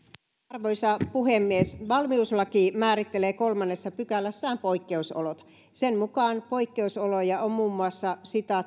arvoisa puhemies valmiuslaki määrittelee kolmannessa pykälässään poikkeusolot sen mukaan poikkeusoloja on muun muassa